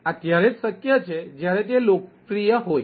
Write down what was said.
આ ત્યારે જ શક્ય છે જ્યારે તે લોકપ્રિય હોય